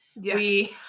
yes